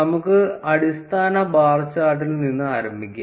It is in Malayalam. നമുക്ക് അടിസ്ഥാന ബാർ ചാർട്ടിൽ നിന്ന് ആരംഭിക്കാം